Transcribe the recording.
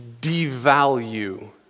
devalue